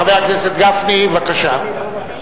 חבר הכנסת גפני, בבקשה.